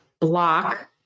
block